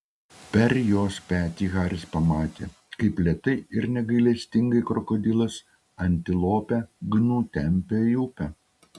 per jos petį haris pamatė kaip lėtai ir negailestingai krokodilas antilopę gnu tempia į upę